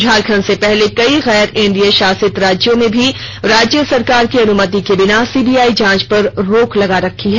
झारखंड से पहले कई गैर एनडीए शासित राज्यों में भी राज्य सरकार की अनुमति के बिना सीबीआई जांच पर रोक लगा रखी है